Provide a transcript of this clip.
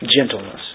gentleness